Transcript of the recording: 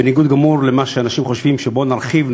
בניגוד גמור למה שאנשים חושבים: בואו נרחיב,